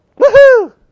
Woohoo